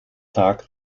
tag